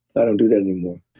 i don't do that anymore.